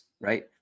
right